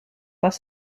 pas